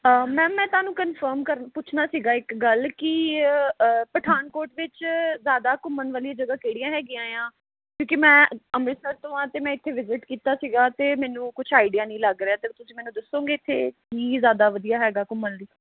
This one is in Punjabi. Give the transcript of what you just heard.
ਮੈਮ ਮੈਂ ਤੁਹਾਨੂੰ ਕਨਫਰਮ ਕਰਨ ਪੁੱਛਣਾ ਸੀਗਾ ਇੱਕ ਗੱਲ ਕਿ ਪਠਾਨਕੋਟ ਵਿੱਚ ਜ਼ਿਆਦਾ ਘੁੰਮਣ ਵਾਲੀਆਂ ਜਗ੍ਹਾ ਕਿਹੜੀਆਂ ਹੈਗੀਆਂ ਆ ਕਿਉਂਕਿ ਮੈਂ ਅੰਮ੍ਰਿਤਸਰ ਤੋਂ ਹਾਂ ਅਤੇ ਮੈਂ ਇੱਥੇ ਵਿਜ਼ਿਟ ਕੀਤਾ ਸੀਗਾ ਅਤੇ ਮੈਨੂੰ ਕੁਛ ਆਈਡੀਆ ਨਹੀਂ ਲੱਗ ਰਿਹਾ ਤਾਂ ਤੁਸੀਂ ਮੈਨੂੰ ਦੱਸੋਗੇ ਇੱਥੇ ਕੀ ਜ਼ਿਆਦਾ ਵਧੀਆ ਹੈਗਾ ਘੁੰਮਣ ਲਈ